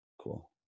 Cool